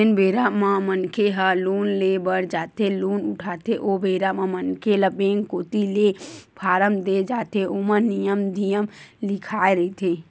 जेन बेरा मनखे ह लोन ले बर जाथे लोन उठाथे ओ बेरा म मनखे ल बेंक कोती ले फारम देय जाथे ओमा नियम धियम लिखाए रहिथे